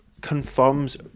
confirms